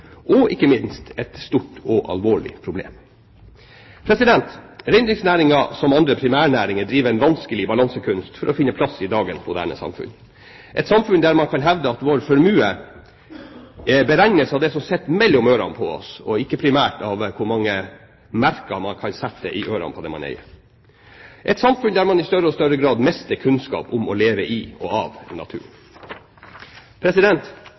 og ikke minst et stort og alvorlig problem. Reindriftsnæringen, som andre primærnæringer, driver en vanskelig balansekunst for å finne plass i dagens moderne samfunn, et samfunn der man kan hevde at vår formue beregnes av det som sitter mellom ørene på oss og ikke primært av hvor mange merker man kan sette i ørene på det man eier – et samfunn der man i større og større grad mister kunnskap om det å leve i og av naturen.